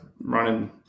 running